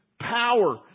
power